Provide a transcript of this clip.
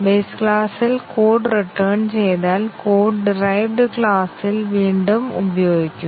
base ക്ലാസിൽ code return ചെയ്താൽ code derived ക്ലാസുകളിൽ വീണ്ടും ഉപയോഗിക്കും